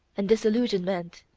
and disillusionment,